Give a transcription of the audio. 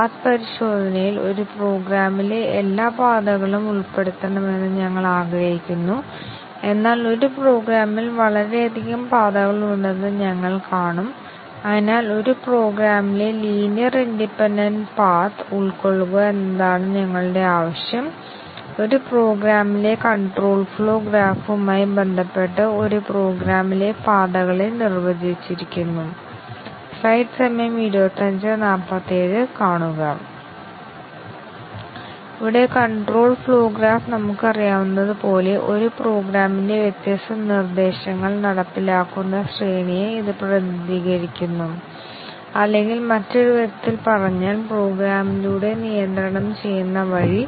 അതിനുമുമ്പ് ഞങ്ങൾ ഇവിടെ പരാമർശിക്കാൻ ആഗ്രഹിക്കുന്നത് കണ്ടീഷൻ ഡിസിഷൻ കവറേജിനേക്കാൾ ശക്തമായ ഒരു കവറേജാണ് മൾട്ടിപ്പിൾ കണ്ടീഷൻ ഡിസിഷൻ കവറേജ് കൂടാതെ കണ്ടീഷൻ ഡിസിഷൻ കവറേജ് ഡിസിഷൻ കവറേജിനേക്കാൾ ശക്തമായ പരിശോധനയാണെന്നും കണ്ടീഷൻ കവറേജും ഡിസിഷൻ കവറേജും സ്റ്റേറ്റ്മെന്റ് കവറേജിനേക്കാൾ ശക്തമായ പരിശോധനയാണ് ബ്രാഞ്ച് കവറേജ് കൂടാതെ ഇവിടെ കാണുക MC DC അവസ്ഥ ഡിസിഷൻ കവറേജിനേക്കാൾ ശക്തമാണ്